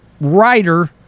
writer